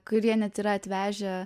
kurie net yra atvežę